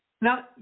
Now